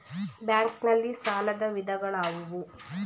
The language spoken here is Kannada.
ಬ್ಯಾಂಕ್ ನಲ್ಲಿ ಸಾಲದ ವಿಧಗಳಾವುವು?